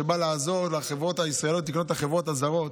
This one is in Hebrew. שבא לעזור לחברות הישראליות לקנות את החברות הזרות.